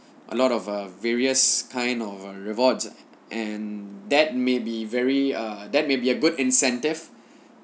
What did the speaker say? a lot of uh various kind of rewards and that may be very err that may be a good incentive